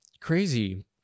crazy